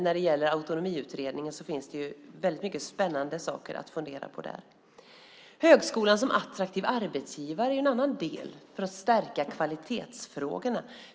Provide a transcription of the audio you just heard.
När det gäller Autonomiutredningen finns det väldigt mycket spännande att fundera på. Högskolan som attraktiv arbetsgivare är en annan del för att stärka kvalitetsfrågorna.